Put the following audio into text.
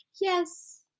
yes